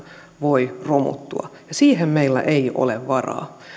voi romuttua ja siihen meillä ei ole varaa